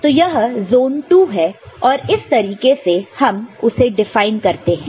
तो यह zone II है और इस तरीके से हम उसे डिफाइन करते हैं